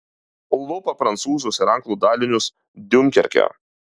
lupa prancūzus ir anglų dalinius diunkerke